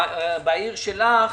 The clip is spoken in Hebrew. בעיר שלך